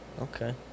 Okay